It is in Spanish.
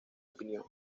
opinión